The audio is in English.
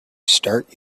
start